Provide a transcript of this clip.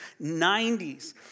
90s